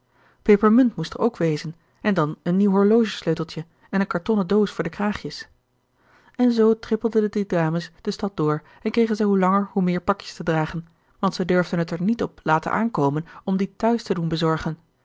pepermunt moest er ook wezen en dan een nieuw horloge sleuteltje en een kartonnen doos voor de kraagjes en zoo trippelden de drie dames de stad door en kregen zij hoe langer hoe meer pakjes te dragen want zij durfden het er niet op laten aankomen om die t huis te doen bezorgen